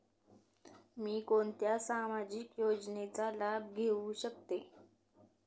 मी कोणत्या सामाजिक योजनेचा लाभ घेऊ शकते?